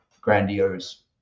grandiose